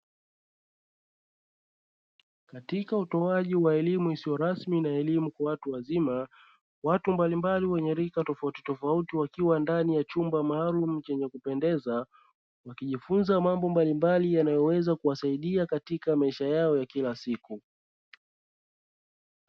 Katika utoaji wa elimu isiyo rasmi na elimu ya watu wazima watu wa rika mbalimbali wakiwa ndani ya chumba maalumu chenye kupendeza wakijifunza mambo mbalimbali yanayoweza kuwasaidia katika maisha yao ya kila siku.